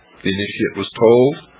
the initiate was told,